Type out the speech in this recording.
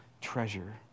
treasure